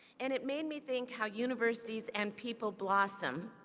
and it made me think how universities and people blossom.